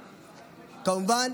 כמובן,